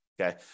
okay